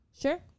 Sure